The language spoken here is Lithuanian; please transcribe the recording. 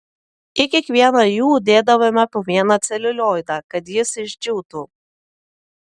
į kiekvieną jų dėdavome po vieną celiulioidą kad jis išdžiūtų